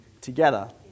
together